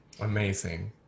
amazing